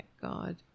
God